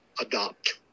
adopt